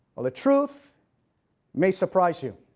well the truth may surprise you.